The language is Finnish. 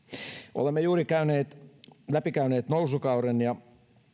olemme juuri läpikäyneet nousukauden ja